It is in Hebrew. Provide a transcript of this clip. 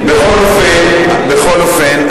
בכל אופן,